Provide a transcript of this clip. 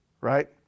right